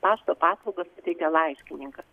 pašto paslaugas suteikia laiškininkas